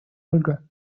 ольга